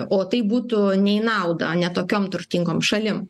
o tai būtų ne į naudą ne tokiom turtingom šalim